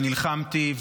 ונלחמתי,